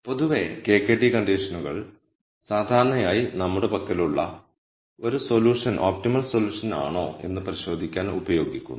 പൊതുവെ KKT കണ്ടിഷനുകൾ സാധാരണയായി നമ്മുടെ പക്കലുള്ള ഒരു സൊല്യൂഷൻ ഒപ്റ്റിമൽ സൊല്യൂഷൻ ആണോ എന്ന് പരിശോധിക്കാൻ ഉപയോഗിക്കുന്നു